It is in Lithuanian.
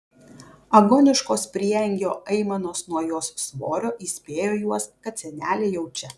agoniškos prieangio aimanos nuo jos svorio įspėjo juos kad senelė jau čia